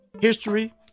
history